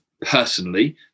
personally